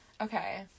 Okay